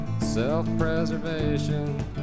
self-preservation